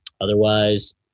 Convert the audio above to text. Otherwise